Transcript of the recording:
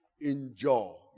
Enjoy